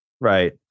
Right